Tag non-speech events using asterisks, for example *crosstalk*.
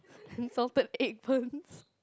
*laughs* salty egg burns